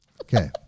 Okay